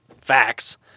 facts